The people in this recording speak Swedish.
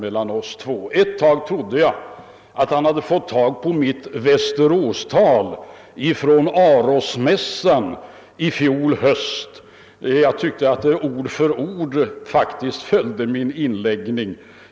Ett slag trodde jag att han hade fått tag i mitt tal från Arosmässan i Västerås i höstas. Jag tyckte att det ord för ord faktiskt följde mitt inlägg.